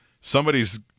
Somebody's